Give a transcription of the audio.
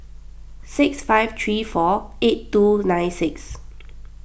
six five three four eight two nine six